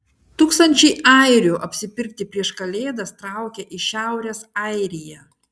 tūkstančiai airių apsipirkti prieš kalėdas traukia į šiaurės airiją